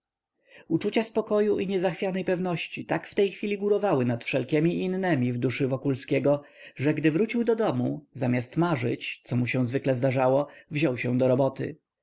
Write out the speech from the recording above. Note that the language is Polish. uczucia spokoju i niezachwianej pewności tak w tej chwili górowały nad wszelkiemi innemi w duszy wokulskiego że gdy wrócił do domu zamiast marzyć co mu się zwykle zdarzało wziął się do roboty